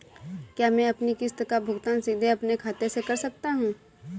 क्या मैं अपनी किश्त का भुगतान सीधे अपने खाते से कर सकता हूँ?